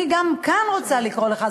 אני כאן רוצה לקרוא לך,